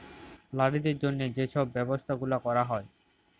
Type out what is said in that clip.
লারিদের জ্যনহে যে ছব ব্যবছা গুলা ক্যরা হ্যয়